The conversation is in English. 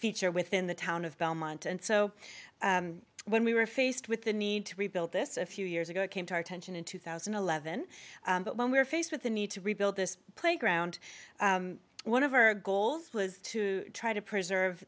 feature within the town of belmont and so when we were faced with the need to rebuild this a few years ago came to our attention in two thousand and eleven when we were faced with the need to rebuild this playground one of our goals was to try to preserve